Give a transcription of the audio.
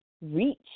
reach